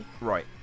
right